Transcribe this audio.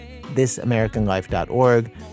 Thisamericanlife.org